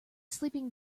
sleeping